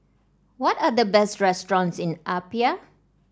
what are the best restaurants in Apia